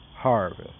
harvest